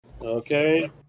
Okay